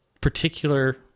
particular